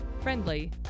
friendly